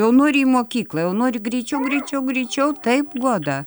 jau nori į mokyklą jau nori greičiau greičiau greičiau taip goda